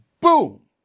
boom